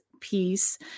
peace